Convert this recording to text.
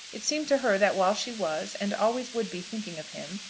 it seemed to her that while she was, and always would be, thinking of him,